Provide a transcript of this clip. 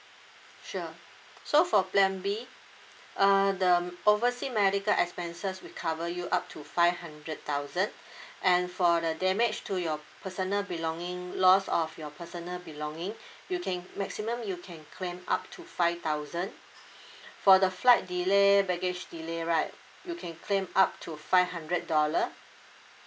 sure so for plan B uh the oversea medical expenses we cover you up to five hundred thousand and for the damage to your personal belonging loss of your personal belonging you can maximum you can claim up to five thousand for the flight delay baggage delay right you can claim up to five hundred dollar